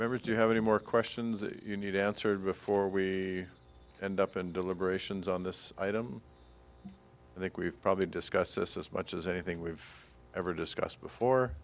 member do you have any more questions you need answered before we end up in deliberations on this item i think we've probably discussed this as much as anything we've ever discussed before